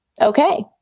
Okay